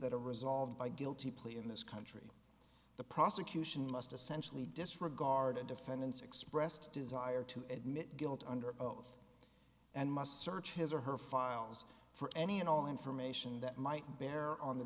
that are resolved by guilty plea in this country the prosecution must essentially disregard it defendant's expressed desire to admit guilt under oath and must search his or her files for any and all information that might bear on the